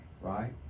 right